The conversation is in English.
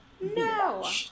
No